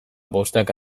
bostak